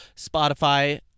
Spotify